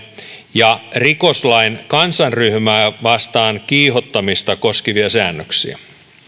ja rikoslain kansanryhmää vastaan kiihottamista koskevia säännöksiä